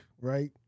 right